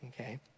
okay